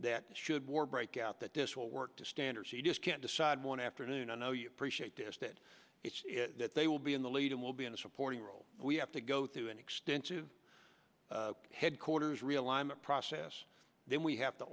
that should war break out that this will work to standards you just can't decide one afternoon i know you appreciate this that it's that they will be in the lead and will be in a supporting role we have to go through an extensive headquarters realignment process then we have to